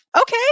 okay